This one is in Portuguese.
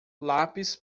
lápis